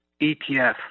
ETF